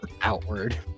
outward